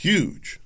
Huge